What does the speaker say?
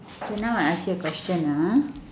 okay now I ask you a question ah